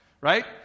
right